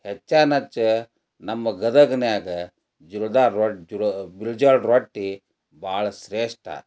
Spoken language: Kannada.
ಹೆಚ್ಚಾನಚ್ಚ ನಮ್ಮ ಗದಗಿನ್ಯಾಗ ಜುಲ್ದಾರ್ ರೋ ಜು ಗೊಂಜ್ವಾಳ ರೊಟ್ಟಿ ಭಾಳ ಶ್ರೇಷ್ಠ